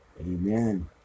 Amen